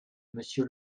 monsieur